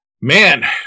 Man